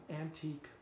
antique